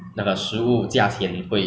we we speak the english now